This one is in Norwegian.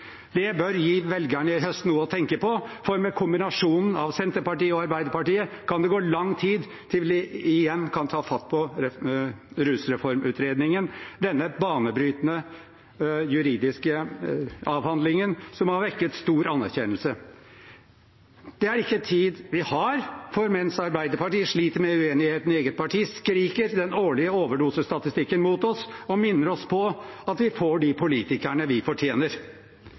Det bør gi velgerne i høst noe å tenke på, for med kombinasjonen av Senterpartiet og Arbeiderpartiet kan det gå lang tid til vi igjen kan ta fatt på rusreformutredningen – denne banebrytende juridiske avhandlingen som har vekket stor anerkjennelse. Det er ikke en tid vi har, for mens Arbeiderpartiet sliter med uenigheten i eget parti, skriker den årlige overdosestatistikken mot oss og minner oss på at vi får de politikerne vi fortjener.